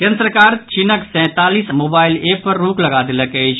केंद्र सरकार चीनक सैंतालीस मोबाइल एप पर रोक लगा देलक अछि